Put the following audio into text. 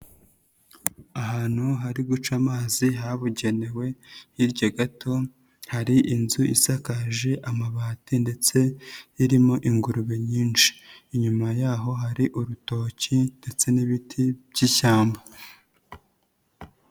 Ahantu hari guca amazi habugenewe, hirya gato hari inzu isakaje amabati ndetse irimo ingurube nyinshi. Inyuma yaho hari urutoki ndetse n'ibiti by'ishyamba.